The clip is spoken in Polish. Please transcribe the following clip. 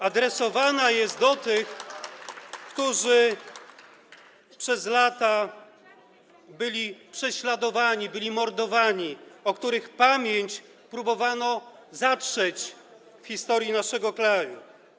Adresowana jest do tych, którzy przez lata byli prześladowani, byli mordowani, o których pamięć próbowano zatrzeć w historii naszego kraju.